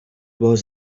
was